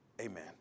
Amen